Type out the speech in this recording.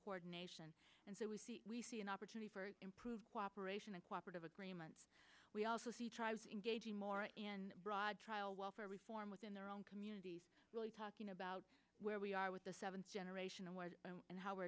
coordination and so we see we see an opportunity for improved cooperation and cooperative agreements we also see tribes engaging more in broad trial welfare reform within their own communities really talking about where we are with the seventh generation and how we're